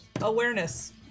awareness